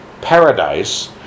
paradise